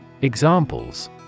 Examples